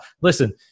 listen